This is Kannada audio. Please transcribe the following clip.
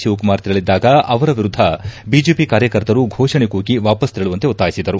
ಶಿವಕುಮಾರ್ ತೆರಳಿದ್ದಾಗ ಅವರ ವಿರುದ್ದ ಬಿಜೆಪಿ ಕಾರ್ಯಕರ್ತರು ಘೋಷಣೆ ಕೂಗಿ ವಾಪಸ್ ತೆರಳುವಂತೆ ಒತ್ತಾಯಿಸಿದರು